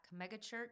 megachurch